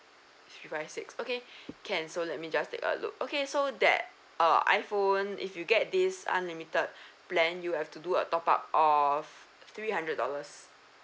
three five six okay can so let me just take a look okay so that uh iPhone if you get this unlimited plan you have to do a top up of three hundred dollars